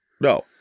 no